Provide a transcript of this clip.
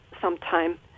sometime